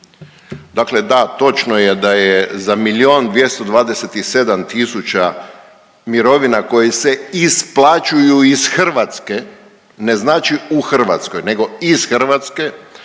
Dakle da točno je da je za milijun i 227 tisuća mirovina koje se isplaćuju iz Hrvatske, ne znači u Hrvatskoj nego iz Hrvatske